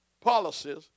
policies